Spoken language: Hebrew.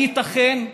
הייתכן?